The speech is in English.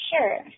Sure